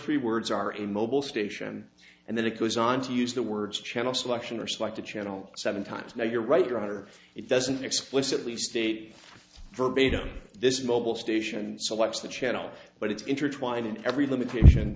three words are a mobile station and then it goes on to use the words channel selection or select a channel seven times now you're right roger it doesn't explicitly state verbatim this mobil station selects the channel but it's intertwined in every limitation